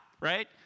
Right